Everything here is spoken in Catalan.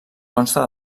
consta